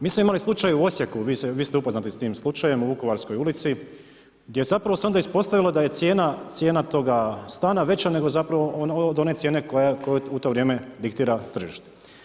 Mi smo imali slučaj u Osijeku, vi ste upoznati sa tim slučajem u Vukovarskoj ulici gdje zapravo se onda ispostavilo da je cijena toga stana veća nego zapravo od one cijene koju u to vrijeme diktira tržište.